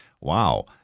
wow